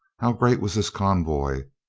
how great was this convoy?